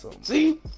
see